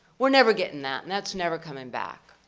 we're never getting that, that's never coming back.